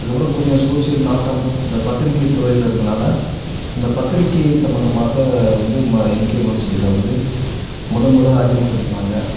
அதுக்கப்புறம் கொஞ்சம் ஷோஷியல் நாட்டம் அந்த பத்திரிக்கைத்துறையில் இருந்ததினால அந்த பத்திரிக்கை சம்மந்தமாக வந்து ம எம் கே யுனிவர்சிட்டியில் வந்து மொதல் மொதல் அறிமுகப்படுத்தினாங்க